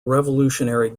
revolutionary